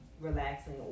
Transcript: relaxing